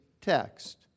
text